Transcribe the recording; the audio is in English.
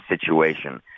situation